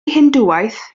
hindŵaeth